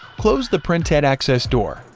close the printhead access door,